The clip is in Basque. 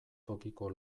tokiko